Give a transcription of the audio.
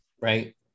right